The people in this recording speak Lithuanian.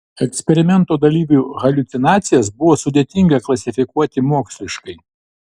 eksperimento dalyvių haliucinacijas buvo sudėtinga klasifikuoti moksliškai